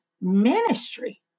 ministry